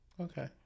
Okay